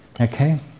Okay